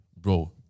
bro